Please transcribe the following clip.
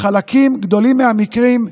בחלק גדול מהמקרים,